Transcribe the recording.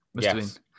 Yes